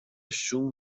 شوم